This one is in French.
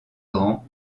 grand